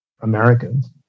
Americans